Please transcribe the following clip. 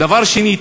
דבר שני,